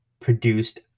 produced